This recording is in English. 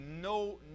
no